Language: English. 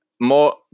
more